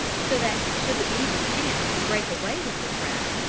so that should the beaver chance to break away with the trap,